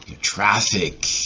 traffic